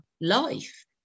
life